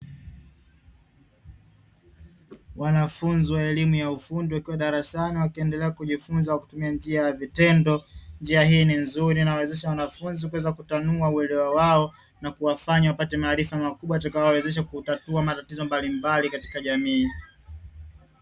Wanafunzi wa elimu ya ufundi wakiwa darasani wakiendelea kujifunza kwa kutumia njia ya vitendo. Njia hii ni nzuri inawawezesha wanafunzi kuweza kutanua uelewa wao, na kuwafanya wapate maarifa makubwa yatakayowawezesha kutatua matatizo mbalimbali katika jamii.